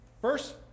first